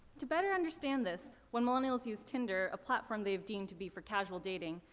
to better understand this, when millennials use tinder, a platform they have deemed to be for casual dating,